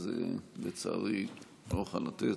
אז לצערי לא אוכל לתת.